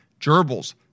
Gerbils